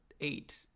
eight